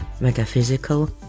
metaphysical